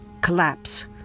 collapse